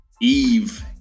eve